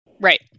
Right